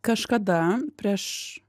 kažkada prieš